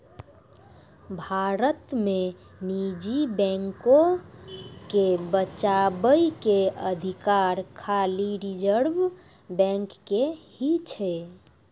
भारत मे निजी बैको के बचाबै के अधिकार खाली रिजर्व बैंक के ही छै